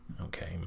Okay